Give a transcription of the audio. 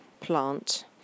plant